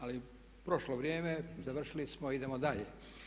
Ali prošlo vrijeme, završili smo, idemo dalje.